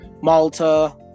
Malta